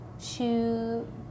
shoe